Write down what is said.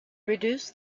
reduce